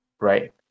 right